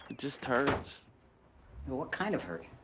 just hurts. well what kind of hurt?